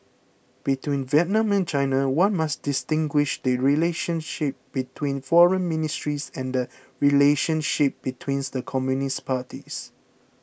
between Vietnam and China one must distinguish the relationship between foreign ministries and the relationship between the communist parties